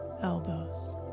elbows